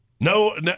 No